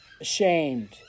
ashamed